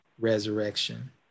resurrection